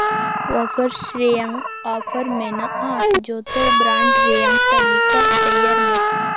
ᱚᱣᱟᱯᱷᱟᱨᱥ ᱨᱮᱭᱟᱝ ᱚᱯᱷᱟᱨ ᱢᱮᱱᱟᱜᱼᱟ ᱡᱚᱛᱚ ᱵᱨᱟᱱᱰ ᱨᱮᱭᱟᱝ ᱛᱟᱞᱤᱠᱟ ᱛᱮᱭᱟᱨ ᱢᱮ